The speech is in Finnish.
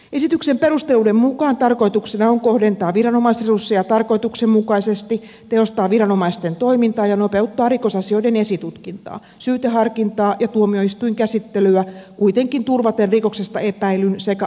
esityksen perusteluiden mukaan tarkoituksena on kohdentaa viranomaisresursseja tarkoituksenmukaisesti tehostaa viranomaisten toimintaa ja nopeuttaa rikosasioiden esitutkintaa syyteharkintaa ja tuomioistuinkäsittelyä kuitenkin turvaten rikoksesta epäillyn sekä asianomistajan oikeudet